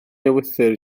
ewythr